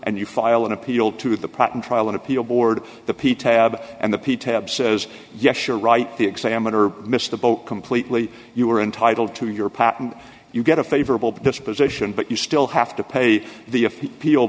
and you file an appeal to the patent trial an appeal board the p tab and the p tab says yes you're right the examiner missed the boat completely you are entitled to your patent you get a favorable disposition but you still have to pay the